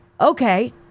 Okay